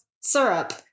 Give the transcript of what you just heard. Syrup